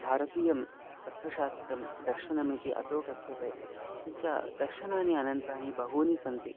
भारतीयं तत्त्वशास्त्रं दर्शनमिति अतः कथ्यते किञ्च दर्शनानि अनन्तानि बहूनि सन्ति